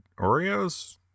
Oreos